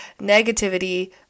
negativity